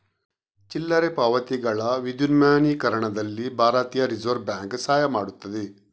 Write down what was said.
ಚಿಲ್ಲರೆ ಪಾವತಿಗಳ ವಿದ್ಯುನ್ಮಾನೀಕರಣದಲ್ಲಿ ಭಾರತೀಯ ರಿಸರ್ವ್ ಬ್ಯಾಂಕ್ ಸಹಾಯ ಮಾಡುತ್ತದೆ